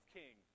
king